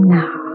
now